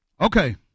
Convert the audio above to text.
Okay